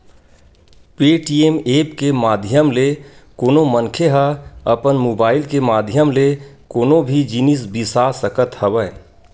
Paytm app के माधियम ले कोनो मनखे ह अपन मुबाइल के माधियम ले कोनो भी जिनिस बिसा सकत हवय